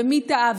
מי טעה,